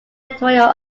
territorial